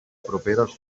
properes